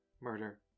murder